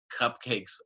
cupcakes